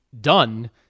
done